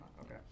Okay